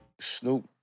Snoop